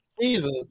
Jesus